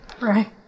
Right